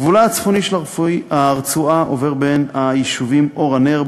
גבולה הצפוני של הרצועה עובר בין היישובים אור-הנר,